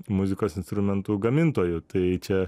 muzikos instrumentų gamintoju tai čia